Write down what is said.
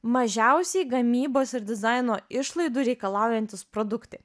mažiausiai gamybos ir dizaino išlaidų reikalaujantys produktai